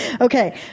Okay